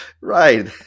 Right